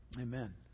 Amen